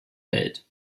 welt